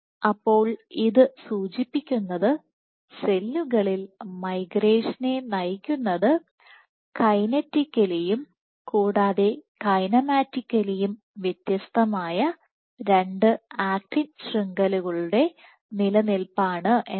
അപ്പോൾ ഇത് സൂചിപ്പിക്കുന്നത് സെല്ലുകളിൽ മൈഗ്രേഷനെ നയിക്കുന്നത് കൈനെറ്റിക്കലിയും കൂടാതെ കൈനമാറ്റിക്കലിയുംവ്യത്യസ്തമായ രണ്ട് ആക്റ്റിൻ ശൃംഖലകളുടെ നിലനിൽപ്പാണ് എന്നാണ്